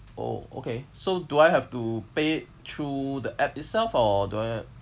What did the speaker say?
oh okay so do I have to pay it through the app itself or do I